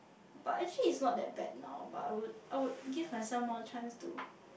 but actually it's not that bad now but I would I would give myself more chance to